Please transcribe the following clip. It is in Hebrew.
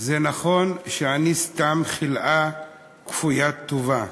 זה נכון שאני סתם חלאה כפוית טובה /